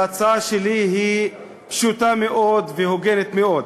ההצעה שלי היא פשוטה מאוד והוגנת מאוד.